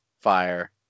fire